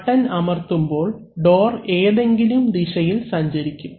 button അമർത്തുമ്പോൾ door ഏതെങ്കിലും ദിശയിൽ സഞ്ചരിക്കും